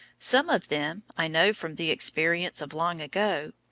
some of them, i know from the experience of long ago,